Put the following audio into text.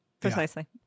precisely